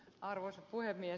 arvoisa puhemies